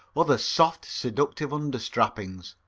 other soft, seductive under strappings.